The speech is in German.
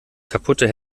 kaputte